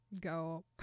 go